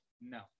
No